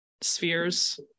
spheres